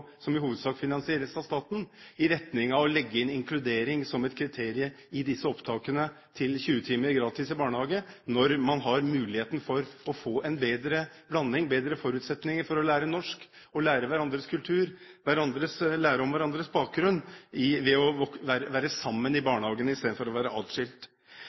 som i hovedsak finansieres av staten, i retning av å legge inn inkludering som et kriterium i disse opptakene til 20 timer gratis i barnehage, når man har muligheten for å få en bedre blanding, bedre forutsetninger for å lære norsk og lære hverandres kultur, lære om hverandres bakgrunn, ved å være sammen i barnehagen istedenfor å være